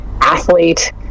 athlete